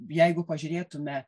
jeigu pažiūrėtume